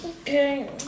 Okay